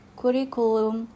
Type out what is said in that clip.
curriculum